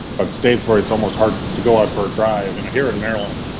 but states where it's almost hard to go out for a drive. and here in maryland,